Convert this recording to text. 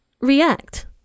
react